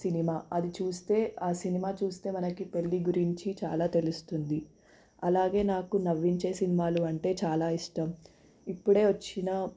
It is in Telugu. సినిమా అది చూస్తే ఆ సినిమా చూస్తే మనకి పెళ్ళి గురించి చాలా తెలుస్తుంది అలాగే నాకు నవ్వించే సినిమాలు అంటే చాలా ఇష్టం ఇప్పుడే వచ్చిన